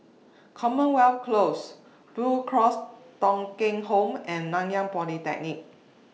Commonwealth Close Blue Cross Thong Kheng Home and Nanyang Polytechnic